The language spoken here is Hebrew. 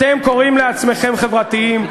אתם קוראים לעצמכם חברתיים,